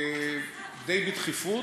די בדחיפות.